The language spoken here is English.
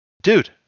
Dude